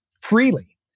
freely